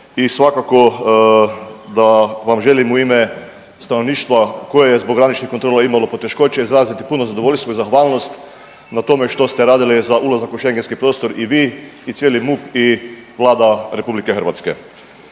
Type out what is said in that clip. i svakako da vam želim u ime stanovništva koje zbog graničnih kontrola imalo poteškoće izraziti puno zadovoljstvo i zahvalnost na tome što ste radili za ulazak u Schengenski prostor i vi i cijeli MUP i Vlada RH. Za kraj